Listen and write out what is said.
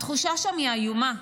התחושה שם היא איומה.